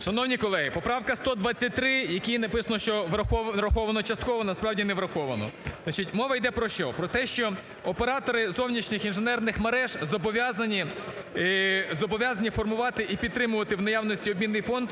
Шановні колеги! Поправка 123, в якій написано, що враховано частково, насправді не враховано. Мова йде про що? Про те, що оператори зовнішніх інженерних мереж зобов'язані формувати і підтримувати в наявності обмінний фонд